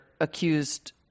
accused